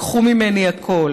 לקחו ממני הכול,